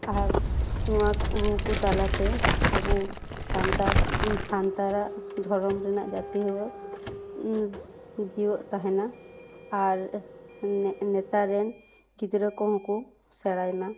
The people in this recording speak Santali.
ᱟᱨ ᱱᱚᱣᱟ ᱨᱩᱼᱠᱚ ᱛᱟᱞᱟᱛᱮ ᱟᱵᱚ ᱥᱟᱱᱛᱟᱲ ᱥᱟᱱᱛᱟᱲᱟᱜ ᱫᱷᱚᱨᱚᱢ ᱨᱮᱱᱟᱜ ᱡᱟᱛᱤᱭᱳ ᱡᱮᱣᱮᱫ ᱛᱟᱦᱮᱱᱟ ᱟᱨ ᱱᱮᱛᱟᱨ ᱨᱮᱱ ᱜᱤᱫᱽᱨᱟᱹ ᱠᱚᱦᱚᱸ ᱠᱚ ᱥᱮᱬᱟᱭ ᱢᱟ